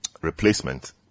replacement